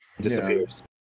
disappears